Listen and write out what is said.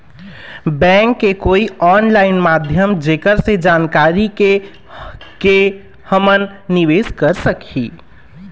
Bank के कोई online माध्यम जेकर से जानकारी के के हमन निवेस कर सकही?